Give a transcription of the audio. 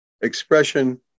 expression